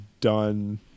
done